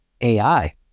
AI